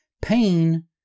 pain